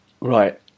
Right